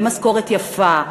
במשכורת יפה,